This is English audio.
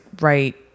right